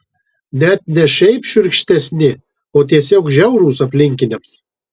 net ne šiaip šiurkštesni o tiesiog žiaurūs aplinkiniams